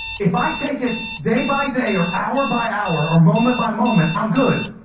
if i take it day by day or hour by hour or moment by moment, i'm good.